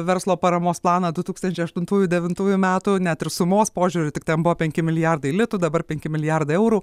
verslo paramos planą du tūkstančiai aštuntųjų devintųjų metų net ir sumos požiūriu tik ten buvo penki milijardai litų dabar penki milijardai eurų